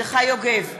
מרדכי יוגב,